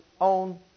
own